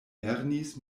lernis